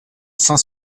cinq